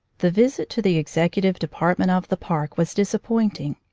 the visit to the executive department of the park was disappointing.